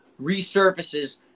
resurfaces